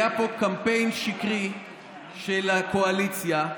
היה פה קמפיין שקרי של הקואליציה,